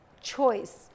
choice